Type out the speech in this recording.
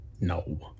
No